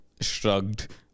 shrugged